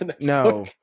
No